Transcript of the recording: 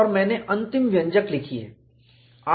और मैंने अंतिम व्यंजक लिखी है